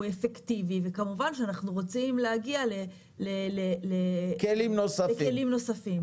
הוא אפקטיבי וכמובן שאנחנו רוצים להגיע לכלים נוספים.